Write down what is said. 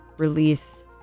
Release